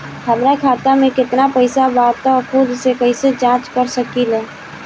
हमार खाता में केतना पइसा बा त खुद से कइसे जाँच कर सकी ले?